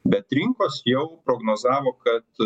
bet rinkos jau prognozavo kad